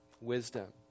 wisdom